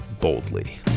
boldly